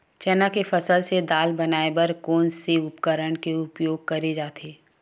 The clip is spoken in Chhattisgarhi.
चना के फसल से दाल बनाये बर कोन से उपकरण के उपयोग करे जाथे?